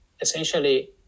essentially